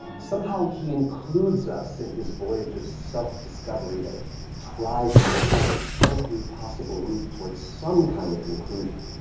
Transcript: somehow he includes us in his voyage of self-discovery that tries and tests every possible route toward some kind of conclusion.